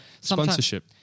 Sponsorship